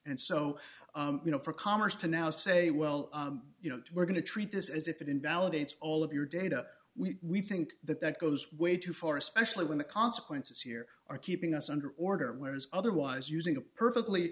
and so you know for commerce to now say well you know we're going to treat this as if it invalidates all of your data we we think that that goes way too far especially when the consequences here are keeping us under order whereas otherwise using a perfectly